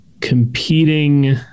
competing